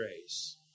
grace